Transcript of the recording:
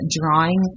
drawing